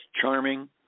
charming